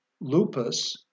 lupus